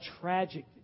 tragic